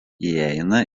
įeina